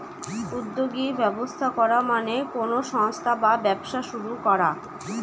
উদ্যোগী ব্যবস্থা করা মানে কোনো সংস্থা বা ব্যবসা শুরু করা